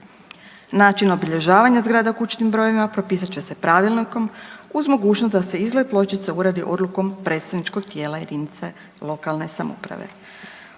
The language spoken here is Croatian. Način obilježavanja zgrada kućnim brojevima propisat će pravilnikom uz mogućnost da se izgled pločica uredi odlukom predstavničkog tijela JLS. U odredbama